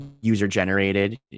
user-generated